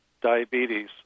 diabetes